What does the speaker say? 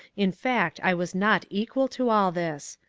in fact i was not equal to all this.